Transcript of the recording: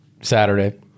Saturday